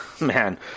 man